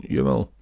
Jawel